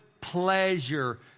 pleasure